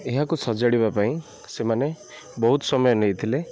ଏହାକୁ ସଜାଡ଼ିବା ପାଇଁ ସେମାନେ ବହୁତ ସମୟ ନେଇଥିଲେ